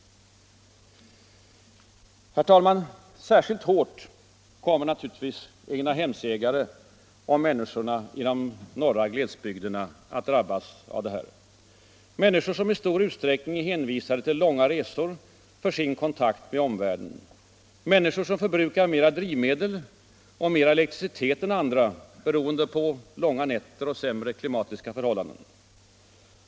Herr talman! Särskilt hårt kommer naturligtvis egnahemsägarna och människorna i de norra glesbygderna att drabbas av detta, människor som i stor utsträckning är hänvisade till långa resor för sin kontakt med omvärlden, människor som förbrukar mera drivmedel och mera elektricitet än andra beroende på långa nätter och sämre klimatiska förhållanden.